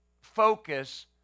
focus